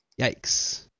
Yikes